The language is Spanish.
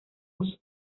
uso